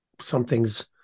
something's